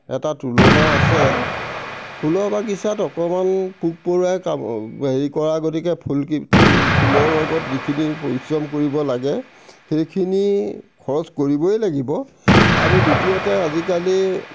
এটা তুলনা আছে ফুলৰ বাগিচাত অকণমান পোক পৰুৱাই হেৰি কৰা গতিকে ফুল ফুলৰ লগত যিখিনি পৰিশ্ৰম কৰিব লাগে সেইখিনি খৰচ কৰিবই লাগিব আৰু দ্বিতীয়তে আজিকালি